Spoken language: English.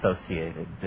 associated